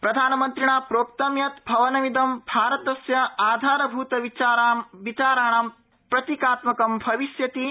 प्रधानमन्त्रिणा प्रोक्तं यत् भवनमिदं भारतस्य आधारभूतविचाराणां प्रतीकात्मकं भविष्यति इति